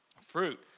fruit